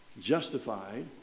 Justified